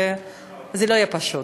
וזה לא יהיה פשוט,